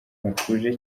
hatuje